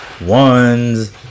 ones